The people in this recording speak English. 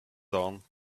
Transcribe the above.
dawn